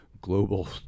global